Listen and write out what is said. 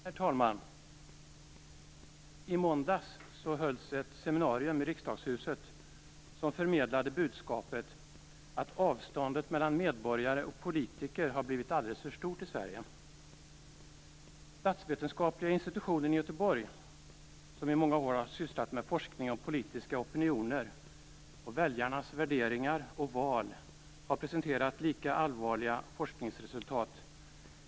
Herr talman! I måndags hölls ett seminarium i Riksdagshuset som förmedlade budskapet att avståndet mellan medborgare och politiker har blivit alldeles för stort i Sverige. Statsvetenskapliga institutionen i Göteborg, som i många år har sysslat med forskning om politiska opinioner, väljarnas värderingar och val, har presenterat lika allvarliga forskningsresultat.